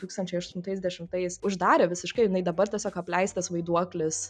tūkstančiai aštuntais dešimtais uždarė visiškai jinai dabar tiesiog apleistas vaiduoklis